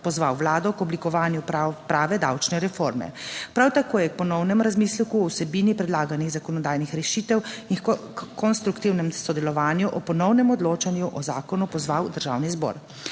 pozval Vlado k oblikovanju prave davčne reforme. Prav tako je k ponovnemu razmisleku o vsebini predlaganih zakonodajnih rešitev in konstruktivnemu sodelovanju o ponovnem odločanju o zakonu pozval Državni zbor.